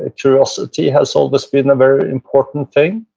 ah curiosity has always been a very important thing.